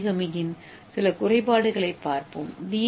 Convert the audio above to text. ஏ ஓரிகமியின் சில குறைபாடுகளைப் பார்ப்போம்